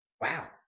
Wow